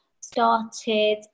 started